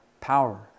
power